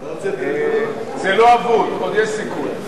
תאמין לי, זה לא אבוד, עוד יש סיכוי.